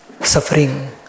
suffering